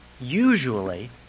Usually